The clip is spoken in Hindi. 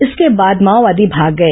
इसके बाद माओवादी भाग गए